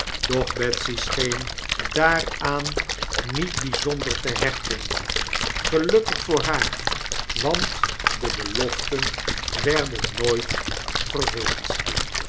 doch betsy scheen daaraan niet byzonder te hechten gelukkig voor haar want de beloften werden nooit vervuld